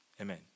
Amen